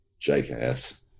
JKS